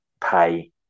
pay